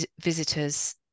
visitors